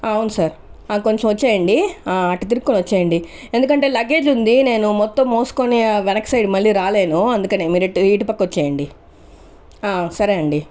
అవును సార్ కొంచెం వచ్చేయండి అటు తిరుక్కోని వచ్చేయండి ఎందుకంటే లగేజ్ ఉంది నేను మొత్తం మోసుకొని వెనుక సైడ్ మళ్ళీ రాలేను అందుకని మీరు ఇటు ఇటు పక్క వచ్చేయండి సరే అండి